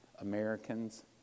Americans